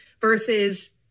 versus